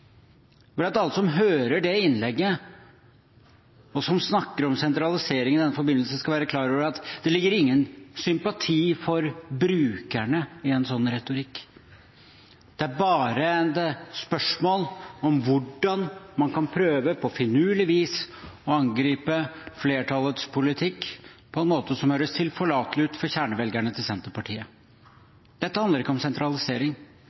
at alle som hører det innlegget, og som snakker om sentralisering i denne forbindelse, skal være klar over at det ligger ingen sympati for brukerne i en sånn retorikk. Det er bare spørsmål om hvordan man kan prøve på finurlig vis å angripe flertallets politikk på en måte som høres tilforlatelig ut for kjernevelgerne til Senterpartiet. Dette handler ikke om sentralisering,